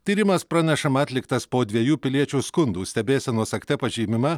tyrimas pranešama atliktas po dviejų piliečių skundų stebėsenos akte pažymima